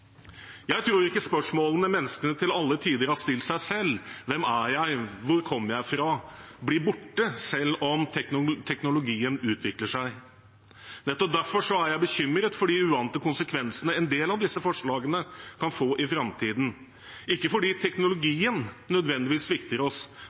Jeg tror ikke spørsmålene menneskene til alle tider har stilt seg selv – hvem er jeg, hvor kommer jeg fra – blir borte selv om teknologien utvikler seg. Nettopp derfor er jeg bekymret for de uante konsekvensene en del av disse forslagene kan få i framtiden, ikke fordi